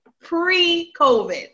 Pre-COVID